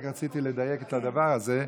רק רציתי לדייק את הדבר הזה,